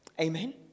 Amen